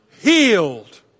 healed